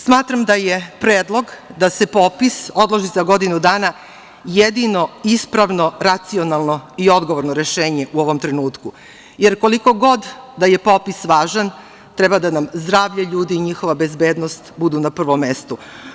Smatram da je predlog da se popis odloži za godinu dana jedino ispravno, racionalno i odgovorno rešenje u ovom trenutku, jer koliko god da je popis važan treba da nam zdravlje ljudi i njihova bezbednost budu na prvom mestu.